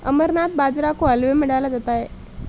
अमरनाथ बाजरा को हलवे में डाला जाता है